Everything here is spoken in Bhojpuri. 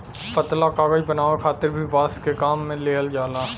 पतला कागज बनावे खातिर भी बांस के काम में लिहल जाला